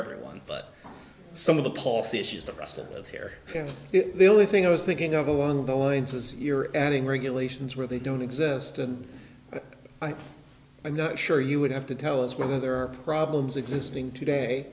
everyone but some of the policy issues the rest of here the only thing i was thinking of along boids was you're adding regulations where they don't exist and i'm not sure you would have to tell us whether there are problems existing today